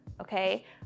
okay